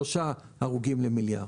3.0 הרוגים למיליארד.